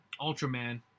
Ultraman